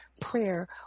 prayer